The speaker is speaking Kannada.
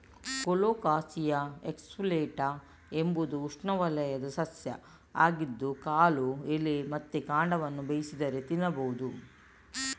ಕೊಲೊಕಾಸಿಯಾ ಎಸ್ಕುಲೆಂಟಾ ಎಂಬುದು ಉಷ್ಣವಲಯದ ಸಸ್ಯ ಆಗಿದ್ದು ಕಾಳು, ಎಲೆ ಮತ್ತೆ ಕಾಂಡವನ್ನ ಬೇಯಿಸಿದರೆ ತಿನ್ಬಹುದು